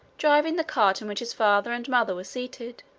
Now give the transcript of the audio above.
driving the cart in which his father and mother were seated.